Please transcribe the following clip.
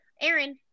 Aaron